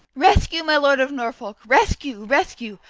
rescue, my lord of norfolk, rescue, rescue!